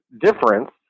difference